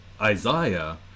Isaiah